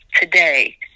today